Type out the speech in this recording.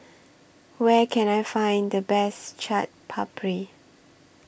Where Can I Find The Best Chaat Papri